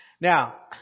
Now